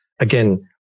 Again